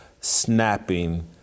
snapping